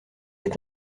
est